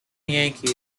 yankee